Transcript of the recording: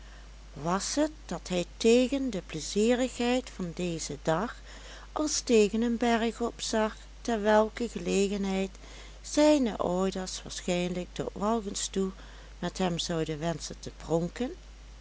was het dat hij tegen de pleizierigheid van dezen dag als tegen een berg opzag te welker gelegenheid zijne ouders waarschijnlijk tot walgens toe met hem zouden wenschen te pronken